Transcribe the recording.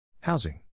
Housing